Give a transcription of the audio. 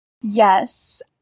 Yes